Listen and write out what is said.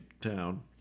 Town